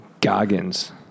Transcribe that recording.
goggins